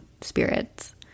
spirits